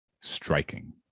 striking